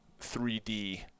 3D